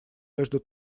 между